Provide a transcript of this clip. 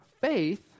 faith